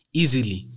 easily